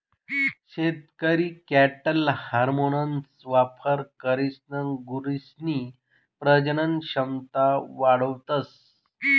शेतकरी कॅटल हार्मोन्सना वापर करीसन गुरसनी प्रजनन क्षमता वाढावतस